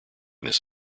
this